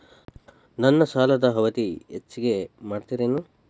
ನನ್ನ ಸಾಲದ ಅವಧಿ ಹೆಚ್ಚಿಗೆ ಮಾಡ್ತಿರೇನು?